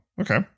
okay